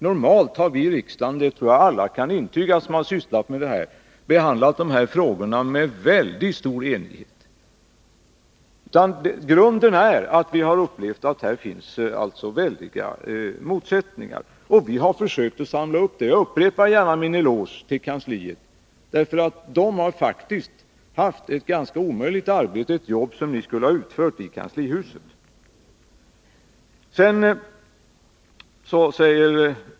Normalt har vi i riksdagen — det tror jag att alla kan intyga som har sysslat med detta — behandlat dessa frågor under väldigt stor enighet. Grunden är att vi har upplevt att här finns väldiga motsättningar. Vi har försökt samla upp argumenten. Jag upprepar gärna min eloge till kansliet. Det har faktiskt haft ett ganska omöjligt arbete, ett arbete som skulle ha utförts i kanslihuset.